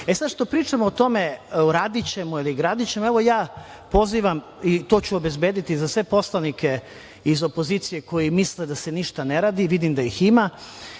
Sad, što pričamo o tome, uradićemo ili gradićemo, evo, ja pozivam, i to ću obezbediti za sve poslanike iz opozicije koji misle da se ništa ne radi, vidim da ih ima,